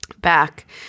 back